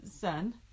son